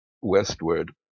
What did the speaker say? westward